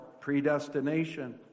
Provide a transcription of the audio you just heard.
predestination